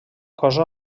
cosa